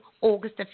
August